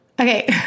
Okay